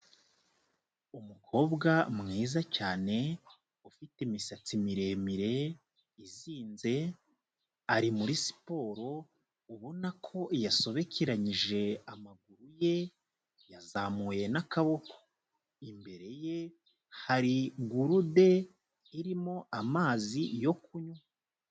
Umukobwa mwiza cyane, ufite imisatsi miremire izinze, ari muri siporo ubona ko yasobekeranyije amaguru ye yazamuye n'akaboko, imbere ye hari gurude irimo amazi yo kunywa.